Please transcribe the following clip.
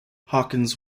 hawkins